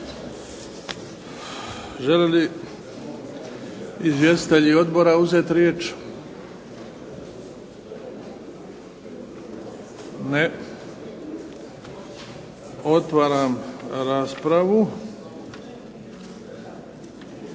Žele li izvjestitelji odbora uzeti riječ? Ne. Otvaram raspravu.